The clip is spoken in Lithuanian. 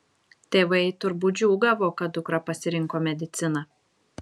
tėvai turbūt džiūgavo kad dukra pasirinko mediciną